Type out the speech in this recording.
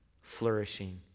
flourishing